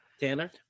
Tanner